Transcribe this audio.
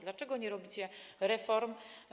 Dlaczego nie robicie reform?